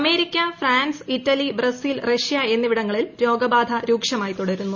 America France Italy Brazil Russia എന്നിവിടങ്ങളിൽ രോഗബാധ രൂക്ഷമായി തുടരുന്നു